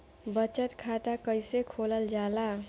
बचत खाता कइसे खोलल जाला?